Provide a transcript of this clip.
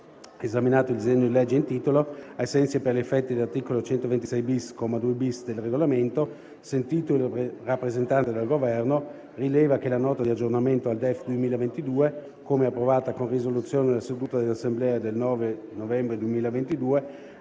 esaminato il disegno di legge in titolo, ai sensi e per gli effetti dell'articolo 126-*bis*, comma 2-*bis*, del Regolamento, sentito il rappresentante del Governo, rileva che la Nota di aggiornamento al DEF 2022, come approvata con risoluzione nella seduta dell'Assemblea del 9 novembre 2022,